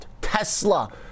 Tesla